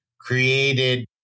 created